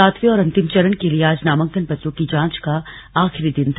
सातवें और अंतिम चरण के लिए आज नामांकन पत्रों की जांच का आखिरी दिन था